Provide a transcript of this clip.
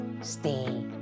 stay